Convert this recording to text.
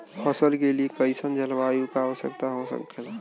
फसल के लिए कईसन जलवायु का आवश्यकता हो खेला?